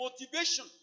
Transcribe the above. motivation